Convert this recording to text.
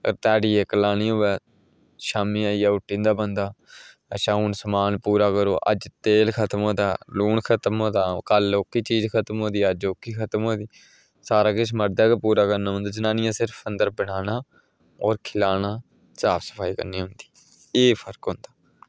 ते ध्याड़ी इक्क लानी होऐ शामीं आइयै हुट्टी जंदा बंदा अच्छा हून समान पूरा करो अज्ज तेल खत्म होई दा लून खत्म होई दा कल्ल ओह्की चीज़ खत्म होई दी कल्ळ ओह्की खत्म होई दी सारा किश मर्दें गै करना पौंदा जनानियां सिर्फ होर खिलाना ते साफ सफाई करनी उंदी एह् फर्कत होंदा